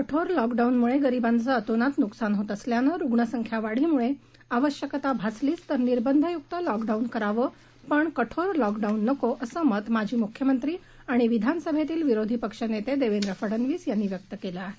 कठोर लॉकडाऊनमुळे गरिबांचं अतोनात नुकसान होत असल्यानं रूग्णसंख्या वाढीमुळे आवश्यकता भासलीच तर निर्बंधयुक्त लॉकडाऊन करायला हवा पण कठोर लॉकडाऊन नको असं मत माजी मुख्यमंत्री आणि विधानसभेतील विरोधी पक्षनेते देवेंद्र फडनवीस यांनी व्यक्त केलं आहे